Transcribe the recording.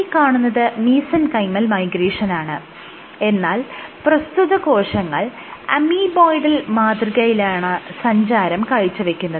ഈ കാണുന്നത് മീസെൻകൈമൽ മൈഗ്രേഷനാണ് എന്നാൽ പ്രസ്തുത കോശങ്ങൾ അമീബോയ്ഡൽ മാതൃകയിലാണ് സഞ്ചാരം കാഴ്ചവെച്ചത്